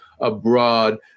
abroad